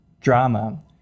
drama